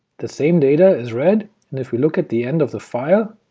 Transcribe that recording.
the same data is read and if we look at the end of the file,